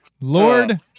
Lord